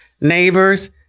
neighbors